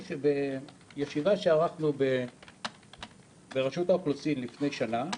בישיבה שערכנו בראשות האוכלוסין לפני שנה,